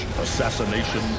assassination